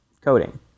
coding